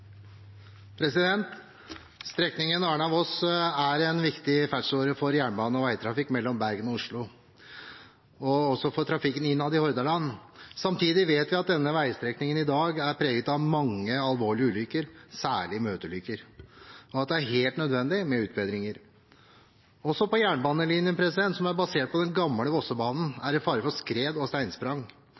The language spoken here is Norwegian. Samtidig vet vi at denne veistrekningen i dag er preget av mange alvorlige ulykker, særlig møteulykker, og at det er helt nødvendig med utbedringer. Også på jernbanelinjen, som er basert på den gamle Vossebanen, er det fare for skred og steinsprang.